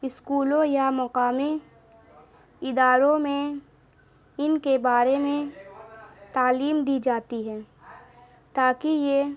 اسکولوں یا مقامی اداروں میں ان کے بارے میں تعلیم دی جاتی ہے تاکہ یہ